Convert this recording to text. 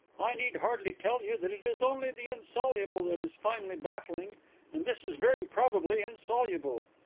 i need hardly tell you that it is only the insoluble that is finally baffling and this is very probably insoluble.